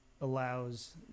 allows